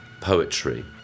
poetry